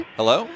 Hello